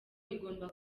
igomba